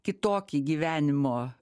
kitokį gyvenimo